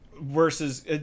versus